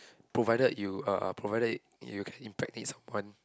provided you uh provided you can impregnate someone